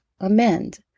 amend